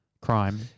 crime